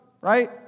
Right